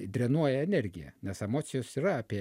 drenuoja energiją nes emocijos yra apie